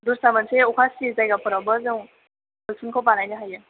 दस्रा मोनसे अखा सियै जायगाफ्रावबो जों मैखुनखौ बानायनो हायो